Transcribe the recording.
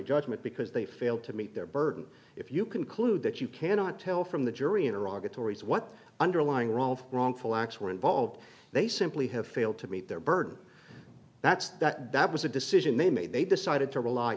judgment because they failed to meet their burden if you conclude that you cannot tell from the jury in iraq the tories what underlying role of wrongful acts were involved they simply have failed to meet their burden that's that that was a decision they made they decided to rely